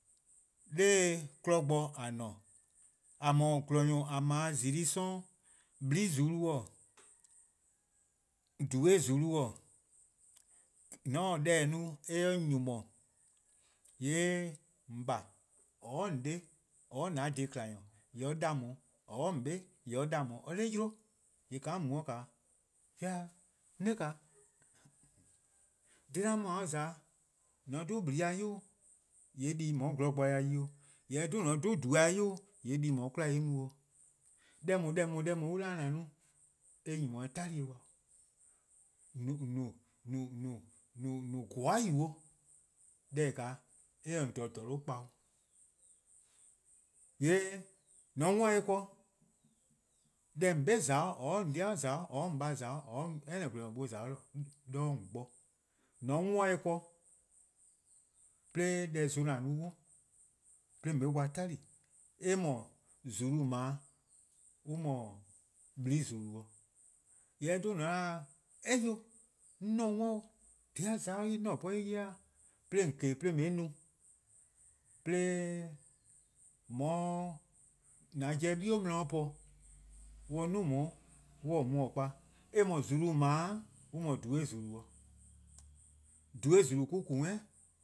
'Nor 'kmo bo :a :ne-a, :a :mor :gwlor-nyor+ :a 'ble :zulu:+ 'sororn', :blii' :zulu-:, :dhui' :zulu-:. :mor :on taa deh no :mor eh 'nyi 'yi-dih, :yee' :on :baa', :on 'de, :or an :dhih :kma-nyor: :yee' or 'da :on 'weh, :oe :on 'be :yee' or 'da :on 'weh 'or 'da 'yle, :yee' :ka :on mu 'o 'de or 'da, 'on 'dae: dhih 'an mu-a :za-' :mor :on 'dhu :blii-a 'yu :yee' 'di :on 'ye gwlor bo yi 'o, jorwor: :mor :on 'dhu :dhui'-a' :yee' di :on 'ye 'kwla 'dlu+-' mu 'o. deh 'daa, deh :daa on 'da :an no-a eh nyni-: 'yi 'tali-eh dih 'o, :on no :goba'-yu: 'o, deh :daa en ne-: :on :dha :dhorno' kpa 'o. :yee' :mor :on 'worn-dih ken-dih, deh :on 'be :za-', or an 'de-di :za-', :or :on :baa' :za-', or any :gwlor-nyor-buo :za 'de :on bo :bor :on 'worn-dih-eh ken-dih, 'de deh-zon :an no-a :dee 'de :on 'ye-eh dih 'tali:, :yee' eh mor, :zulu: :on 'ble-a on :mor :blii' :zulu: 'o. Jorwor: :mor :on 'da 'kei' 'o. on :ae-' 'worn 'o, dhih a za-a 'on se en 'ye-a 'bhorn, 'de :on 'ye-eh no :chio'lo:, 'de :on 'ye 'de :an 'jeh 'bie' 'de po, :mor on 'duo: on on :taa :on kpa, :yee' eh :mor :zulu: :on 'ble-a on :mor :dhui' :zulu: 'o, :dhui' :zulu: mo-: ku worn 'i.